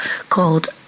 called